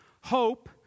hope